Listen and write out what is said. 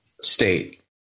state